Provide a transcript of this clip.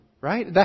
right